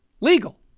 legal